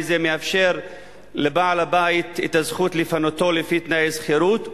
זה מאפשר לבעל-הבית את הזכות לפנותו לפי תנאי השכירות,